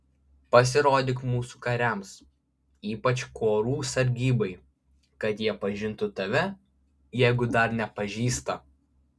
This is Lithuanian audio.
pasirodyk mūsų kariams ypač kuorų sargybai kad jie pažintų tave jeigu dar nepažįsta